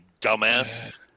dumbass